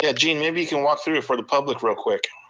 yeah gene, maybe you can walk through it for the public real quick.